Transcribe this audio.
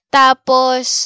tapos